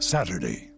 Saturday